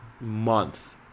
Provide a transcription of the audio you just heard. month